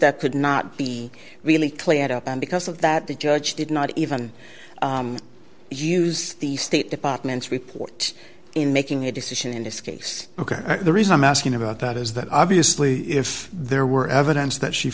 that could not be really cleared up and because of that the judge did not even use the state department's report in making a decision in this case ok the reason i'm asking about that is that obviously if there were evidence that she